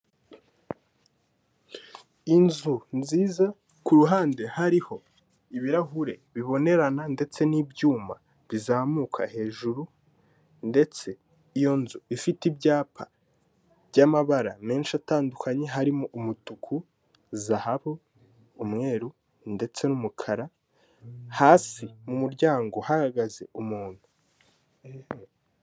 Inzu nziza kuruhande hariho ibirahure bibonerana ndetse nibyuma bizamuka hejuru, ndetse iyo nzu ifite ibyapa byamabara menshi atandukanye, harimo umutuku, zahabu, umweru ndetse n'umukara, hasi mu muryango hahagaze umuntu.